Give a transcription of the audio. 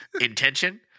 Intention